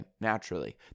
naturally